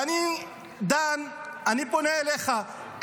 ואני פונה אליך,